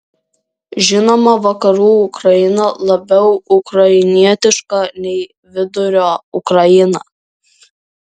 žinoma vakarų ukraina labiau ukrainietiška nei vidurio ukraina